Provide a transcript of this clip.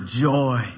joy